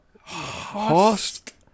host